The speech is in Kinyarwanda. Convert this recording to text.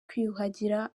kwiyuhagira